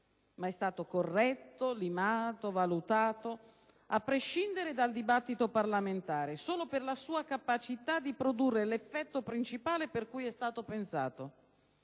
ma è stato corretto, limitato e valutato a prescindere dal dibattito parlamentare, solo per la sua capacità di produrre l'effetto principale per cui è stato pensato